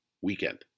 Weekend